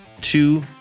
two